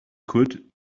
could